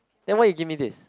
then why you give me this